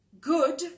good